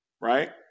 right